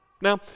Now